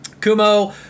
Kumo